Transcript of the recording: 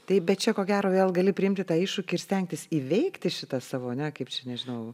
taip bet čia ko gero vėl gali priimti tą iššūkį ir stengtis įveikti šitą savo ane kaip čia nežinau